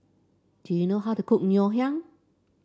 do you know how to cook Ngoh Hiang